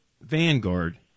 Vanguard